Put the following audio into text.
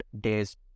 day's